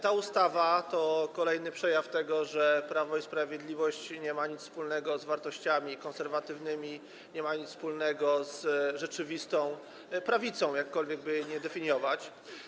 Ta ustawa to kolejny przejaw tego, że Prawo i Sprawiedliwość nie ma nic wspólnego z wartościami konserwatywnymi, nie ma nic wspólnego z rzeczywistą prawicą, jakkolwiek by ją definiować.